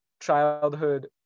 childhood